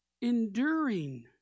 enduring